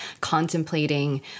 contemplating